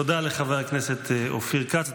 תודה לחבר הכנסת אופיר כץ.